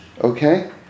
Okay